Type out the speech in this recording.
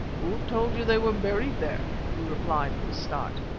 who told you they were buried there? he replied, with a start,